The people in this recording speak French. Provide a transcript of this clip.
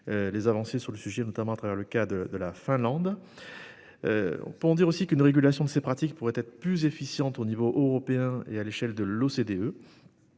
les avancées à ce sujet, notamment au travers du cas de la Finlande. On peut dire aussi qu'une régulation de ces pratiques pourrait être plus efficiente au niveau européen et à l'échelle de l'OCDE.